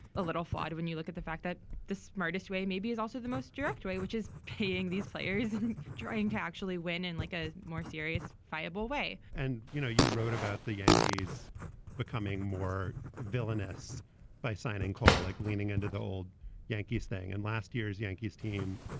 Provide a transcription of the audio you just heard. a little fight. when you look at the fact that the smartest way maybe is also the most direct way, which is paying these players and drink. actually win in like a more serious, viable way and you know, you wrote about the yankees becoming more villainous by signing call like leaning into the old yankees thing. and last year's yankees team,